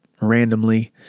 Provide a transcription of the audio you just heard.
randomly